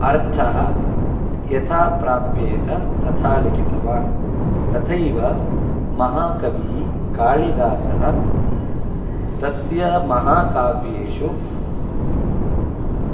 अर्थः यथा प्राप्येत तथा लिखितवान् तथैव महाकविः कालिदासः तस्य महाकाव्येषु